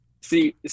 see